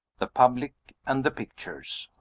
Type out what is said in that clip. the public and the pictures.